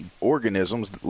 organisms